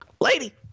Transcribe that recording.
Lady